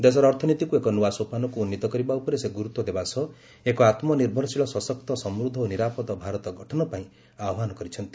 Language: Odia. ଦେଶର ଅର୍ଥନୀତିକୁ ଏକ ନୂଆ ସୋପାନକ୍ ଉନ୍ନୀତ କରିବାର ଉପରେ ସେ ଗୁରୁତ୍ୱ ଦେବା ସହ ଏକ ଆତୁନିର୍ଭରଶୀଳ ସଶକ୍ତ ସମୃଦ୍ଧ ଓ ନିରାପଦ ଭାରତ ଗଠନ ପାଇଁ ଆହ୍ବାନ କଣାଇଛନ୍ତି